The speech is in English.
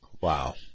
Wow